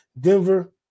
Denver